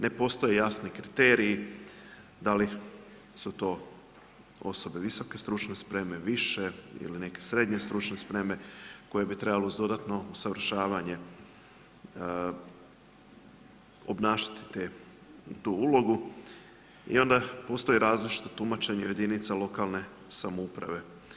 Ne postoji jasni kriteriji da li su to osobe visoke stručne spreme, više ili neke srednje stručne spreme koje bi trebalo uz dodatno usavršavanje obnašati tu ulogu i onda postoje različita tumačenja i u jedinicama lokalne samouprave.